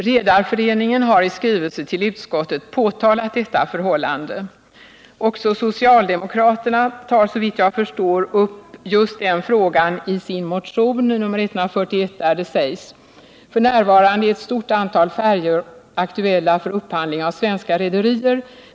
Redarföreningen har i skrivelse till utskottet påtalat detta förhållande. Också socialdemokraterna tar såvitt jag förstår upp just denna fråga i sin motion nr 141, där det sägs: ”F. n. är ett stort antal färjor aktuella för upphandling av svenska rederier.